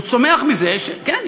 הוא צומח מזה שכן,